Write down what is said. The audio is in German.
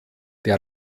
der